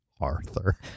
Arthur